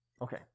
okay